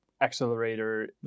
accelerator